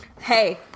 hey